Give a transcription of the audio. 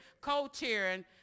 co-chairing